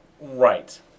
Right